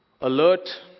alert